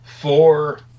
four